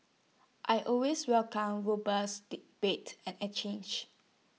I always welcome robust debates and exchanges